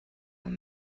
what